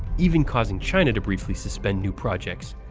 even causing china to briefly suspend new projects.